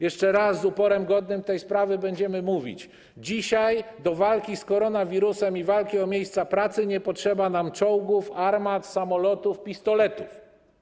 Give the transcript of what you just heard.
Jeszcze raz z uporem godnym tej sprawy będziemy mówić: dzisiaj do walki z koronawirusem i walki o miejsca pracy nie potrzeba nam czołgów, armat, samolotów, pistoletów.